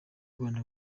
rwanda